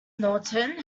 norton